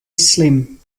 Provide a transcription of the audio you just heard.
slim